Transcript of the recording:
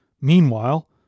Meanwhile